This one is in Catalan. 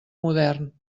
modern